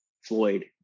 Floyd